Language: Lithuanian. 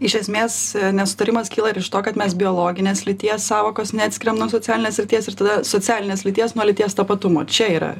iš esmės nesutarimas kyla ir iš to kad mes biologinės lyties sąvokos neatskiriam nuo socialinės srities ir tada socialinės lyties nuo lyties tapatumo čia yra